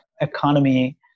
economy